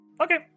Okay